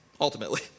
ultimately